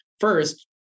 first